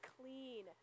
clean